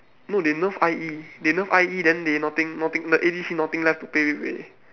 no they nerf I_E they nerf I_E then they nothing nothing the A_D_C nothing left to play with already